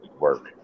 work